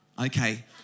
Okay